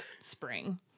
spring